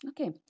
okay